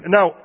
Now